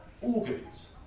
organs